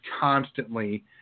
constantly